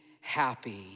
happy